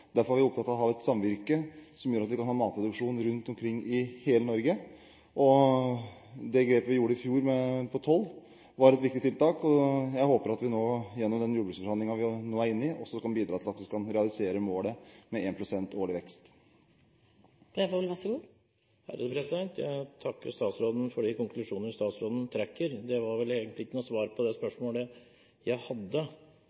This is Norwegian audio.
derfor er vi opptatt av å ha et samvirke som gjør at vi kan ha matproduksjon rundt omkring i hele Norge. Det grepet vi gjorde i fjor når det gjaldt toll, var et viktig tiltak. Jeg håper at de jordbruksforhandlingene vi nå er inne i, også kan bidra til at vi kan realisere målet om 1 pst. årlig vekst. Jeg takker statsråden for de konklusjoner han trekker. Det var vel egentlig ikke noe svar på det